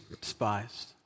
despised